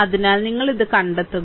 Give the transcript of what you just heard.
അതിനാൽ നിങ്ങൾ ഇത് കണ്ടെത്തുക